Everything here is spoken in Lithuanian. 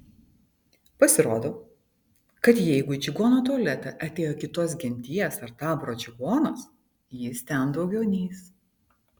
pasirodo kad jeigu į čigono tualetą atėjo kitos genties ar taboro čigonas jis ten daugiau neeis